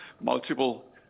multiple